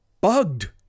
bugged